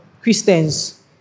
Christians